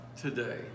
today